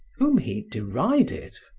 whom he derided.